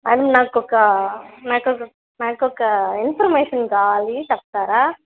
అ నాకొక నాకొక నాకొక ఇన్ఫర్మేషన్ కావాలి చెప్తారా